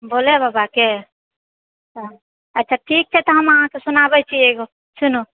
भोले बाबाके अच्छा तऽ ठीक छै हम अहाँकेँ सुनाबए छी एकगो सुनू